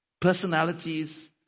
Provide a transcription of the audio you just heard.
personalities